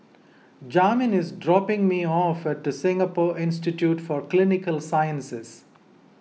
Jamin is dropping me off at Singapore Institute for Clinical Sciences